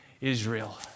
Israel